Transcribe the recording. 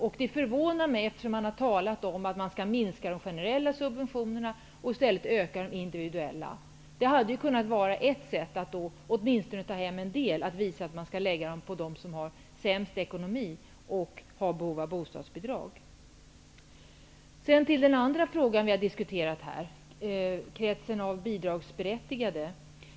Det här förvånar mig, eftersom det har talats om att minska de generella subventionerna och öka de individuella. Det hade kunnat vara ett sätt att åtminstone ta hem en del. Man skulle kunna visa att subventionera skall tillgodogöras dem som har sämst ekonomi och som har störst behov av bostadsbidrag. Så vidare till den andra frågan, som vi här har diskuterat, nämligen kretsen av bidragsberättigade.